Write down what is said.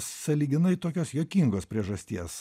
sąlyginai tokios juokingos priežasties